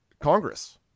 Congress